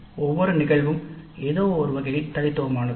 ஒவ்வொரு நிகழ்வும் ஏதோ ஒரு வகையில் தனித்துவமானது